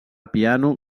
piano